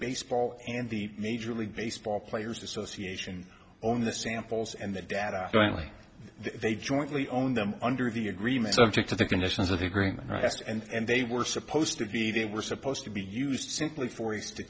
baseball and the major league baseball players association own the samples and the data finally they jointly owned them under the agreement subject to the conditions of the agreement rest and they were supposed to be they were supposed to be used simply for